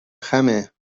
خمه